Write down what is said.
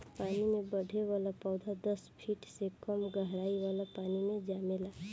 पानी में बढ़े वाला पौधा दस फिट से कम गहराई वाला पानी मे जामेला